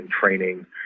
training